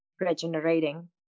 regenerating